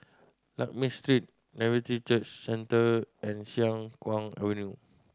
Lakme Street Nativity Church Centre and Siang Kuang Avenue